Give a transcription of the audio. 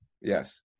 yes